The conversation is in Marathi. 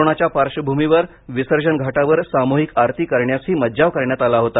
कोरोनाच्या पार्श्वभूमीवर विसर्जन घाटावर सामूहिक आरती करण्यासही मज्जाव करण्यात आला होता